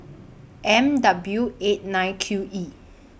M W eight nine Q E